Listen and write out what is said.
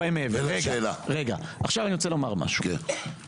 אנו רואים שינוי משמעותי דווקא בתקופה הזו של המלחמה.